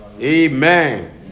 amen